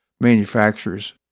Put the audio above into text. manufacturers